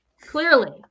Clearly